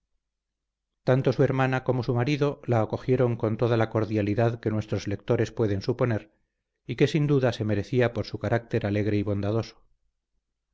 tanto su hermana como su marido la acogieron con toda la cordialidad que nuestros lectores pueden suponer y que sin duda se merecía por su carácter alegre y bondadoso